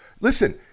listen